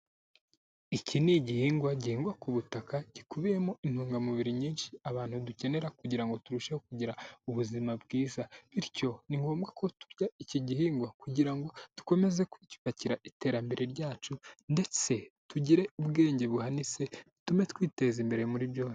Iki ni igihingwa gihingwa ku butaka gikubiyemo intungamubiri nyinshi abantu dukenera kugira ngo turusheho kugira ubuzima bwiza, bityo ni ngombwa ko turya iki gihingwa kugira ngo dukomeze kwiyubakira iterambere ryacu, ndetse tugire ubwenge buhanitse dutume twiteza imbere muri byose.